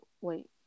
wait